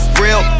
real